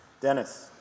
Dennis